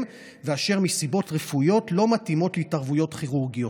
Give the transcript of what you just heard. ואשר מסיבות רפואיות לא מתאימות להתערבויות כירורגיות.